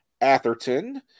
Atherton